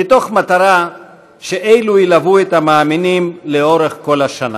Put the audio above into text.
במטרה שאלו ילוו את המאמינים לאורך כל השנה.